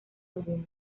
alguno